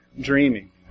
dreaming